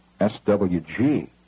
SWG